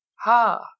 Ha